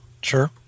sure